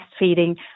breastfeeding